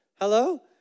Hello